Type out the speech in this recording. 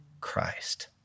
Christ